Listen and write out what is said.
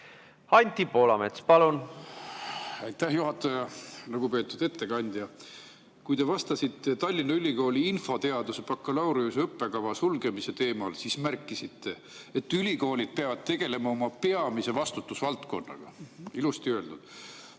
Anti Poolamets, palun! Aitäh, juhataja! Lugupeetud ettekandja! Kui te vastasite Tallinna Ülikooli infoteaduste bakalaureuse õppekava sulgemise teemal, siis märkisite, et ülikoolid peavad tegelema oma peamise vastutusvaldkonnaga. Ilusti öeldud.